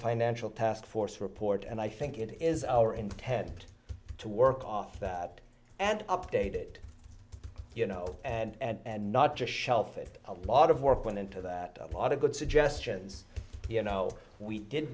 financial task force report and i think it is our intent to work off that and updated you know and not just shelf it a lot of work went into that a lot of good suggestions you know we did